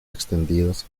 extendidas